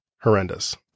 horrendous